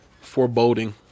foreboding